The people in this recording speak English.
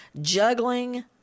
juggling